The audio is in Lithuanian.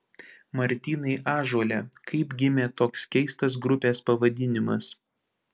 martynai ąžuole kaip gimė toks keistas grupės pavadinimas